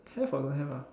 have or don't have ah